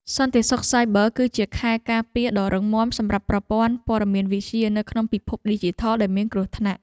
សន្តិសុខសាយប័រ គឺជាខែលការពារដ៏រឹងមាំសម្រាប់ប្រព័ន្ធព័ត៌មានវិទ្យានៅក្នុងពិភពឌីជីថលដែលមានគ្រោះថ្នាក់។